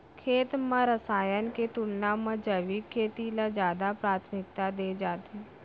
खेत मा रसायन के तुलना मा जैविक खेती ला जादा प्राथमिकता दे जाथे